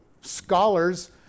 scholars